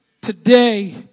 today